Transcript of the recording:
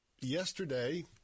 yesterday